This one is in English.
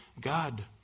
God